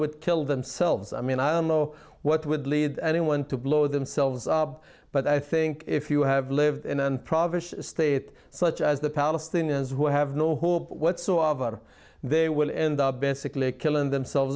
would kill themselves i mean i don't know what would lead anyone to blow themselves up but i think if you have lived in and praveen state such as the palestinians who have no hope whatsoever they will end up basically killing themselves